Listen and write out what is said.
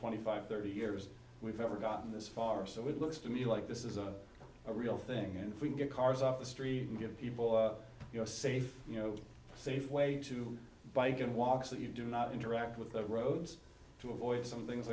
and thirty years we've never gotten this far so it looks to me like this is a real thing and if we can get cars off the street and get people you know safe you know safe way to buy good walks that you do not interact with the roads to avoid some things